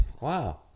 Wow